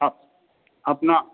आप अपना